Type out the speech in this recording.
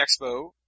Expo